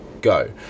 go